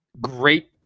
Great